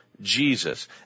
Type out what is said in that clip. jesus